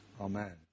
Amen